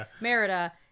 Merida